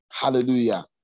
Hallelujah